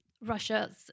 Russia's